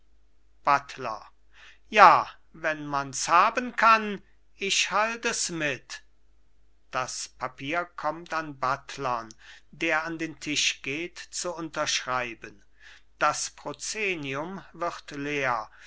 buttler ja wenn mans haben kann ich halt es mit das papier kommt an buttlern der an den tisch geht zu unterschreiben das proszenium wird leer